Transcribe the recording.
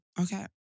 Okay